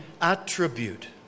attribute